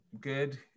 Good